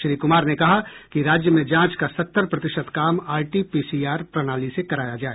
श्री कुमार ने कहा कि राज्य में जांच का सत्तर प्रतिशत काम आरटीपीसीआर प्रणाली से कराया जाए